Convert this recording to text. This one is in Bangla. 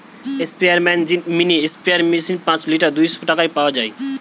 স্পেয়ারম্যান মিনি স্প্রেয়ার মেশিন পাঁচ লিটার দুইশ টাকায় পাওয়া যায়